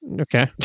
Okay